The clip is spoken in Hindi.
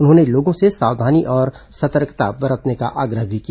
उन्होंने लोगों से सावधानी और सतर्कता बरतने का आग्रह भी किया